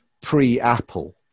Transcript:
pre-Apple